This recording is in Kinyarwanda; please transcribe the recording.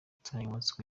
insanganyamatsiko